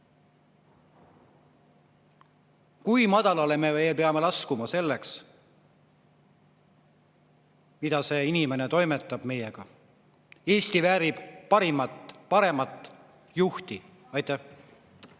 Kui madalale me peame laskuma selle tõttu, mida see inimene [teeb] meiega? Eesti väärib paremat juhti. Aitäh!